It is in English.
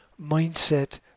Mindset